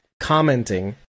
commenting